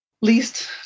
least